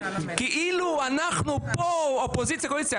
כאילו אנחנו פה אופוזיציה-קואליציה.